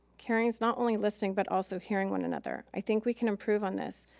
caring is not only listening but also hearing one another. i think we can improve on this.